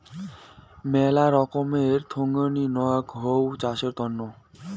মেলা রকমের থোঙনি নক হউ চাষের তন্ন